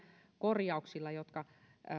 korjauksilla jotka